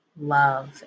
love